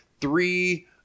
three